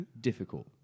difficult